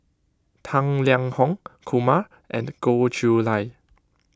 Tang Liang Hong Kumar and Goh Chiew Lye